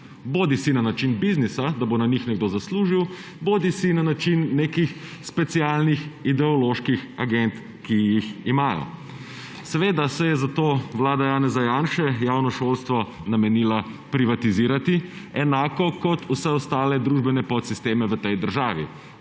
bodisi na način biznisa, da bo na njih nekdo zaslužil, bodisi na način nekih specialnih ideoloških agend, ki jih imajo. Seveda se je zato vlada Janeza Janše javno šolstvo namenila privatizirati, enako kot vse ostale družbene podsisteme v tej državi.